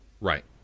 Right